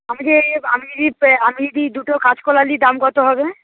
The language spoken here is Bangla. আমি আমি যদি আমি যদি দুটো কাঁচকলা নিই দাম কত হবে